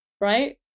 right